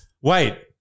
Wait